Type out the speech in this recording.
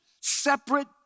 separate